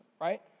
right